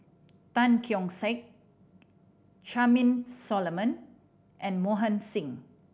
Tan Keong Saik Charmaine Solomon and Mohan Singh